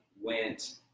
went